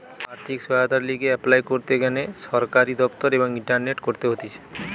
আর্থিক সহায়তার লিগে এপলাই করতে গ্যানে সরকারি দপ্তর এবং ইন্টারনেটে করতে হতিছে